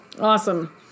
Awesome